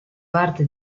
parte